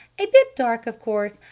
a bit dark of course!